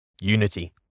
unity